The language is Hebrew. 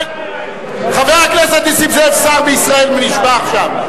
חבר הכנסת נסים זאב, שר בישראל נשבע עכשיו.